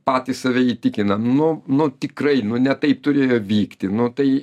patys save įtikinam nu nu tikrai nu ne taip turėjo vykti nu tai